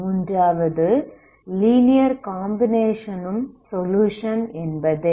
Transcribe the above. மூன்றாவது linear combination ம் solution என்பதே